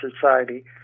Society